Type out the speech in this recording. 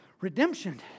redemption